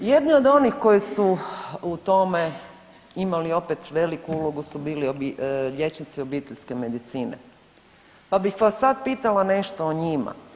Jedni od onih koji su u tome imali opet veliku ulogu su bili liječnici obiteljske medicine, pa bih vas sad pitala nešto o njima.